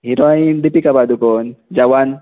heroine Deepika Padukone जवान